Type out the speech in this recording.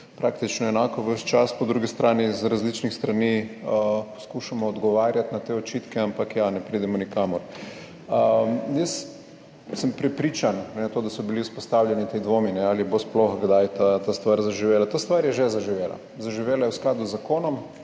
praktično enako ves čas. Po drugi strani z različnih strani poskušamo odgovarjati na te očitke, ampak ja, ne pridemo nikamor. Jaz sem prepričan, glede na to, da so bili vzpostavljeni ti dvomi, ali bo sploh kdaj ta stvar zaživela, ta stvar je že zaživela. Zaživela je v skladu z zakonom.